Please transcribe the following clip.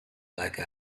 like